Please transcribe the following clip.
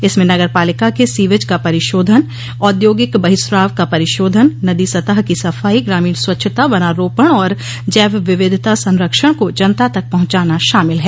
इसमें नगरपालिका के सीवेज का परिशोधन औद्योगिक बहिस्राव का परिशोधन नदी सतह की सफाई ग्रामीण स्वच्छता वनारोपण और जैवविविधता संरक्षण को जनता तक पहुंचना शामिल है